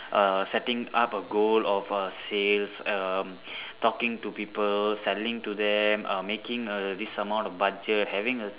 err setting up a goal of a sales um talking to people selling to them um making a this amount of budget having a